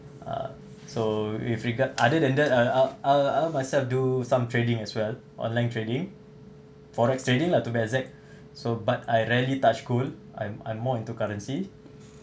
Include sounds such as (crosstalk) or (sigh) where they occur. uh so with regard other than that uh uh uh uh myself do some trading as well online trading forex trading lah to be exact (breath) so but I rarely touch gold I'm I'm more into currency